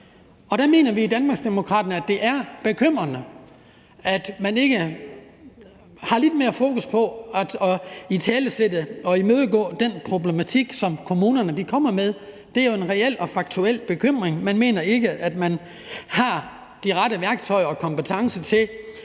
Der mener vi i Danmarksdemokraterne, at det er bekymrende, at man ikke har lidt mere fokus på at italesætte og imødegå den problematik, som kommunerne kommer med. Det er jo en reel og faktuel bekymring, at man ikke mener, at man har de rette værktøjer og kompetencer til